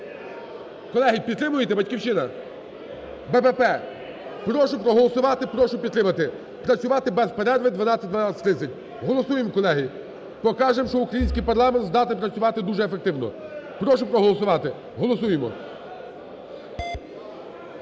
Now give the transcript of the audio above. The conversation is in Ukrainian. Колеги, підтримуєте? "Батьківщина"! БПП! Прошу проголосувати. Прошу підтримати працювати без перерви 12.00-12.30. Голосуємо, колеги. Покажемо, що український парламент здатен працювати дуже ефективно. Прошу проголосувати. Голосуємо.